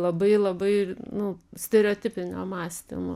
labai labai ir nu stereotipinio mąstymo